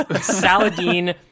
Saladin